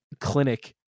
clinic